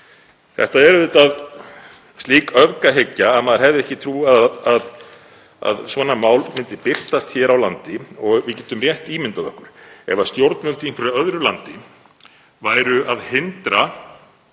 Þetta er auðvitað slík öfgahyggja að maður hefði ekki trúað að svona mál myndi birtast hér á landi. Við getum rétt ímyndað okkur ef stjórnvöld í einhverju öðru landi væru að hindra